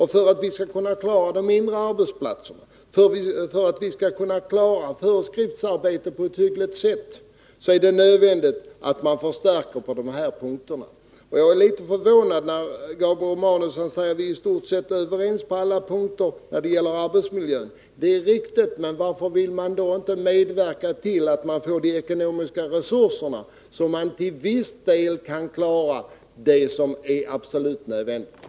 För att vi skall kunna klara de mindre arbetsplatserna, för att vi skall kunna klara föreskriftsarbetet på ett hyggligt sätt, är det nödvändigt att man förstärker på de punkterna. Jag blev litet förvånad när Gabriel Romanus säger att vi är i stort sett överens på alla punkter när det gäller arbetsmiljön. Det är riktigt. Men varför vill man då inte medverka till att vi kan få de ekonomiska resurserna, så att man till viss del kan klara det som är absolut nödvändigt?